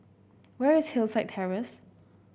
where is Hillside Terrace